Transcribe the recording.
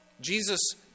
Jesus